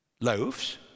loaves